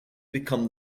become